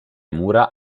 mura